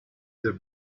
the